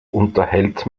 unterhält